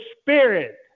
Spirit